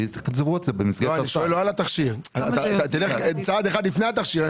לא התכשיר, לפני כן.